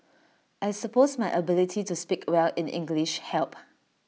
I suppose my ability to speak well in English help